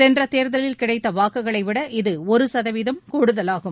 சென்ற தேர்தலில் கிடைத்த வாக்குகளை விட இது ஒரு சதவீதம் கூடுதலாகும்